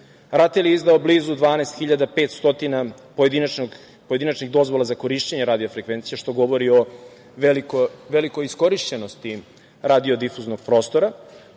RATEL je izdao blizu 12.500 pojedinačnih dozvola za korišćenje radio frekvencija, što govori o velikoj iskorišćenosti radiodifuznog prostora.